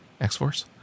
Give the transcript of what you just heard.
X-Force